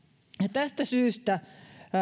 tästä syystä